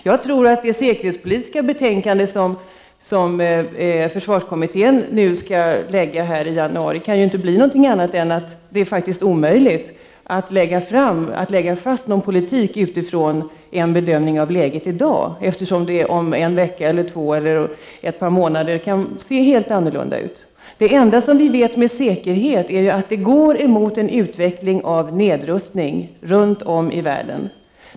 Jag tror att det säkerhetspolitiska betänkande som försvarskommittén skall lägga fram i januari inte kan innehålla något annat än ett konstaterande av att det faktiskt är omöjligt att lägga fast någon politik utifrån en bedömning av det aktuella läget, eftersom detta om en vecka eller ett par månader kan se helt annorlunda ut. Det enda vi vet med säkerhet är att vi går emot en utveckling med nedrustning runtom i världen.